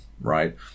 right